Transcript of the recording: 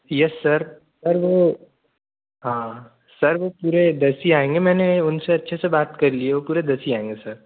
yes sir sir वह हाँ sir वह पूरे दस ही आएँगे मैंने उनसे अच्छे से बात कर ली है वह पूरे दस ही आएँगे सर